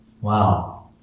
Wow